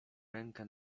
rękę